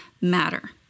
matter